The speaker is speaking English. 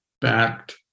backed